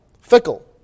Fickle